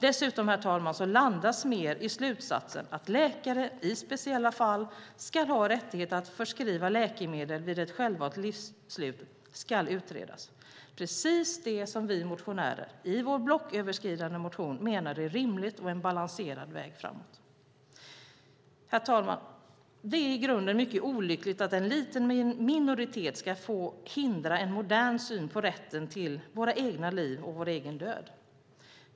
Dessutom landar Smer i slutsatsen att frågan om att läkare i speciella fall ska ha rättighet att förskriva läkemedel vid ett självvalt livsslut ska utredas. Det är precis det som vi motionärer i vår blocköverskridande motion menar är en rimlig och balanserad väg framåt. Herr talman! Det är i grunden mycket olyckligt att en liten minoritet ska få hindra en modern syn på rätten till våra egna liv och vår egen död.